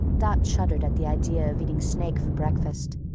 dot shuddered at the idea of eating snake for breakfast,